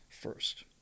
first